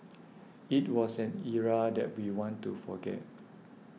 it was an era that we want to forget